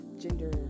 gender